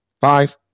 Five